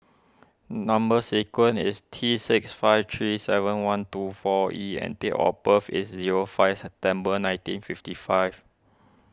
Number Sequence is T six five three seven one two four E and date of birth is zero five September nineteen fifty five